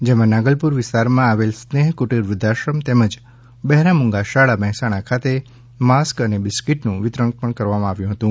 જેમાં નાગલપુર વિસ્તારમાં આવેલ સ્નેહ કુટીર વૃધ્ધાશ્રમ તેમજ બહેરા મૂંગા શાળા મહેસાણા ખાતે માસ્ક અને બિસ્કીટનું વિતરણ પણ કર્યુ હતુ